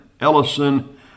Ellison